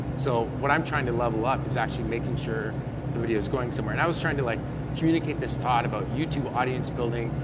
so what i'm trying to level up is actually making sure the video's going somewhere. and i was trying to like communicate this thought about youtube audience building,